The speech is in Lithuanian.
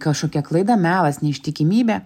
kažkokia klaida melas neištikimybė